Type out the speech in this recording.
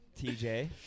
TJ